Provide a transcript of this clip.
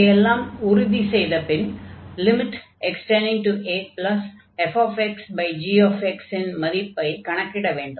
இதையெல்லாம் உறுதி செய்த பின் fxgx இன் மதிப்பைக் கணக்கிட வேண்டும்